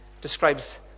describes